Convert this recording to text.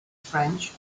french